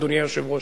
אדוני היושב-ראש.